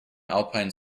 alpine